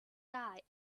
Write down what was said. guy